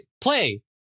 play